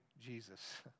Jesus